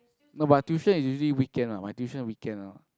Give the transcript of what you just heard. no but tuition is usually weekend ah my tuition weekend ah